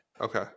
Okay